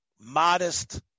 Modest